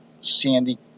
sandy